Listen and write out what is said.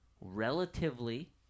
relatively